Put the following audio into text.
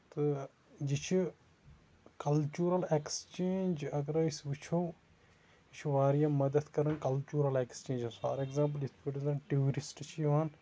تہٕ یہِ چھُ کَلچُرل ایکٕسچینج اَگر أسۍ وٕچھو یہِ چھُ واریاہ مدد کران کلچُرل ایکٕسچینجس فار اٮ۪کزامپٕل یِتھۍ کٔنۍ زَن ٹوٗرِسٹ چھِ یِوان